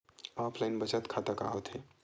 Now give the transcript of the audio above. Online बचत खाता का होथे?